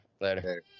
Later